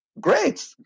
great